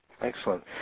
excellent